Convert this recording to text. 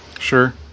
Sure